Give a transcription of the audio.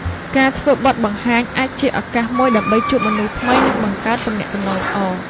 ការធ្វើបទបង្ហាញអាចជាឱកាសមួយដើម្បីជួបមនុស្សថ្មី និងបង្កើតទំនាក់ទំនងល្អ។